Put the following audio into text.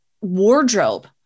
wardrobe